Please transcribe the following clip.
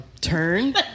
turn